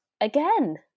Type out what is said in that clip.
again